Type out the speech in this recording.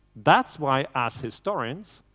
that's why us historians,